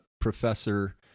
professor